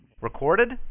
recorded